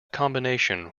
combination